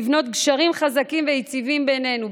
לבנות גשרים חזקים ויציבים בינינו,